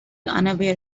unaware